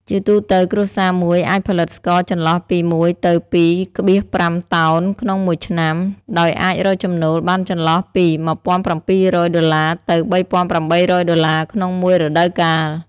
ជាទូទៅ គ្រួសារមួយអាចផលិតស្ករចន្លោះពី១ទៅ២,៥តោន ក្នុងមួយឆ្នាំ ដោយអាចរកចំណូលបានចន្លោះពី១៧០០ដុល្លារទៅ៣៨០០ដុល្លារ ក្នុងមួយរដូវកាល។